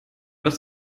das